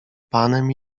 panem